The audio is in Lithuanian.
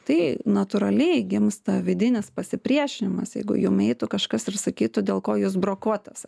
tai natūraliai gimsta vidinis pasipriešinimas jeigu jum eitų kažkas ir sakytų dėl ko jūs brokuotas